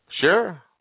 sure